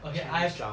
okay I